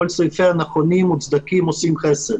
כל סעיפיה נכונים, מוצדקים, עושים חסד.